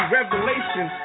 Revelation